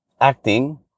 Acting